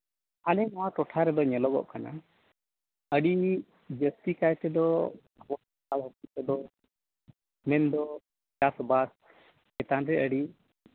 ᱟᱞᱮ ᱱᱚᱣᱟ ᱴᱚᱴᱷᱟ ᱨᱮᱫᱚ ᱧᱮᱞᱚᱜᱚᱜ ᱠᱟᱱᱟ ᱟᱹᱰᱤ ᱡᱟᱹᱥᱛᱤ ᱠᱟᱭ ᱛᱮᱫᱚ ᱟᱵᱚ ᱦᱚᱲ ᱦᱚᱯᱚᱱ ᱠᱚᱫᱚ ᱢᱮᱱᱫᱚ ᱪᱟᱥᱵᱟᱥ ᱪᱮᱛᱟᱱ ᱜᱮ ᱟᱹᱰᱤ